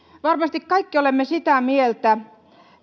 varmasti kaikki olemme sitä mieltä